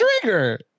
Trigger